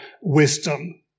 wisdom